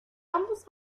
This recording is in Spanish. ambos